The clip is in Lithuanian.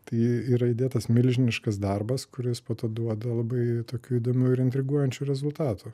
tai yra įdėtas milžiniškas darbas kuris po to duoda labai tokių įdomių ir intriguojančių rezultatų